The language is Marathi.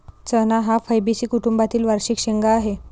चणा हा फैबेसी कुटुंबातील वार्षिक शेंगा आहे